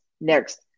next